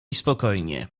spokojnie